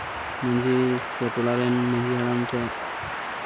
ᱢᱟᱹᱡᱷᱤ ᱥᱮ ᱴᱚᱞᱟ ᱨᱮᱱ ᱢᱟᱹᱡᱷᱤ ᱦᱟᱲᱟᱢ ᱴᱷᱮᱱ